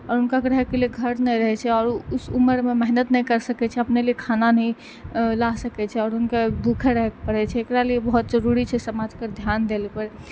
आओर उनका के रहयके लिए घर नहि होइ छै आओर ओ उस उमरमे मेहनत नहि कर सकै छै अपने लिए खाना नहि लए सकै छै आओर उनके भुखे रहै लए परै छै एकरा लिए बहुत जरूरी छै समाजके ध्यान दै लए